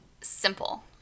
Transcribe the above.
simple